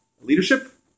leadership